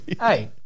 hey